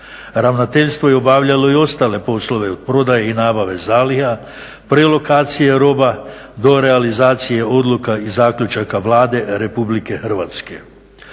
Ravnateljstvo je obavljalo i ostale poslove od prodaje i nabave zaliha, prelokacije roba do realizacije odluka i zaključaka Vlade RH.